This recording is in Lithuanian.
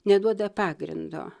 neduoda pagrindo